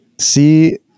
See